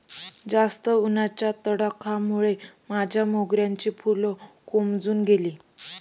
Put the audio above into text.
जास्त उन्हाच्या तडाख्यामुळे माझ्या मोगऱ्याची फुलं कोमेजून गेली